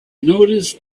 noticed